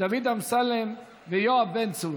דוד אמסלם ויואב בן צור.